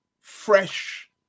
fresh